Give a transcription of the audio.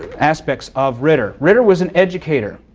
aspects of ritter. ritter was an educator,